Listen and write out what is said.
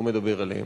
לא מדבר עליהם,